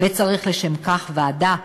צריך לשם כך ועדה,